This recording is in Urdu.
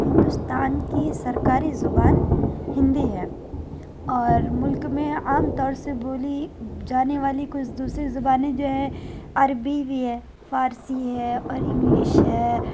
ہندوستان کی سرکاری زبان ہندی ہے اور ملک میں عام طور سے بولی جانے والی کچھ دوسری زبانیں جو ہے عربی بھی ہے فارسی ہے اور انگلش ہے